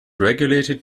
regulated